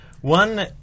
One